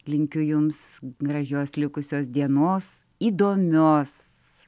linkiu jums gražios likusios dienos įdomios